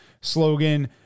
slogan